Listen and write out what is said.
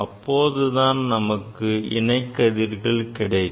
அப்போதுதான் நமக்கு இணை கதிர்கள் கிடைக்கும்